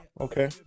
Okay